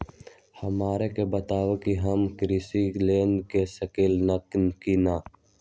हमरा के बताव कि हम कृषि लोन ले सकेली की न?